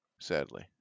sadly